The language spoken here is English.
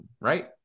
right